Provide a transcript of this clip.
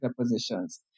positions